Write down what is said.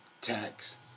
tax